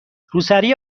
روسری